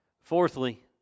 Fourthly